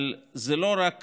אבל זה לא רק